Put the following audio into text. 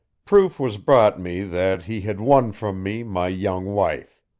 proof was brought me that he had won from me my young wife.